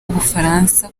bufaransa